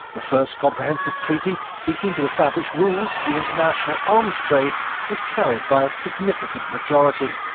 the first comprehensive treaty seeking to establish rules for the international arms trade was carried by a significant majority.